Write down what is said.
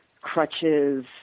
crutches